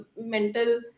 mental